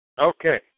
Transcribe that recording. Okay